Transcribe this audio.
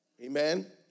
Amen